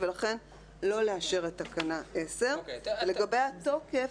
ולכן לא לאשר את תקנה 10. לגבי התוקף,